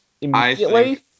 immediately